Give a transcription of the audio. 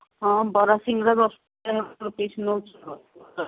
ହଁ ବରା ସିଙ୍ଗଡ଼ା ପିସ୍ ନଉଛୁ